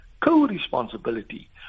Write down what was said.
co-responsibility